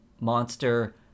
monster